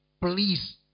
please